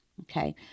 Okay